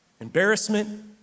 Embarrassment